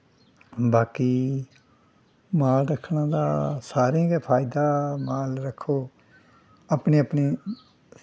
बाकी माल रक्खने दा सारें गी गै फैदा माल रक्खो अपने अपने